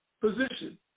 position